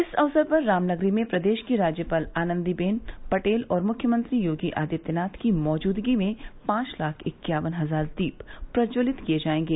इस अवसर पर रामनगरी में प्रदेश की राज्यपाल आनंदीबेन पटेल और मुख्यमंत्री योगी आदित्यनाथ की मौजूदगी में पांच लाख इक्वायन हजार दीप प्रज्ज्वलित किए जाएंगे